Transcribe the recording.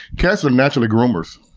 cats are naturally groomers,